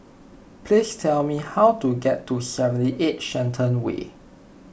please tell me how to get to seventy eight Shenton Way